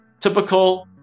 typical